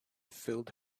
filled